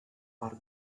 parc